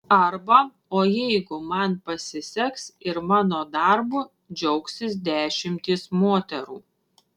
arba o jeigu man pasiseks ir mano darbu džiaugsis dešimtys moterų